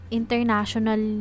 international